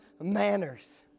manners